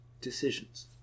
decisions